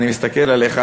אני מסתכל עליך,